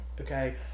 Okay